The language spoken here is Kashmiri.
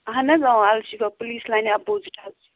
اَہن حظ الشِفا پُلیٖس لینہِ اَپوزِٹ حظ چھِ